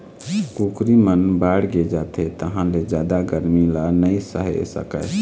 कुकरी मन बाड़गे जाथे तहाँ ले जादा गरमी ल नइ सहे सकय